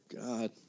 God